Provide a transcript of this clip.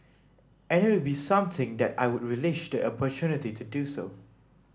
and it would be something that I would relish the opportunity to do